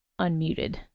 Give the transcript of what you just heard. unmuted